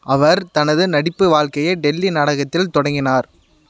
அவர் தனது நடிப்பு வாழ்க்கையை டெல்லி நாடகத்தில் தொடங்கினார்